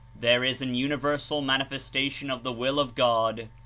there is an universal manifestation of the will of god,